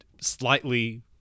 slightly